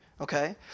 Okay